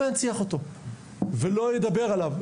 לא ינציח אותו ולא ידבר עליו.